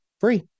Free